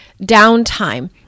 downtime